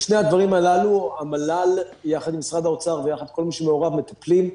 בשני הדברים הללו המל"ל יחד עם משרד האוצר ויחד עם כל מי שמעורב מטפלים.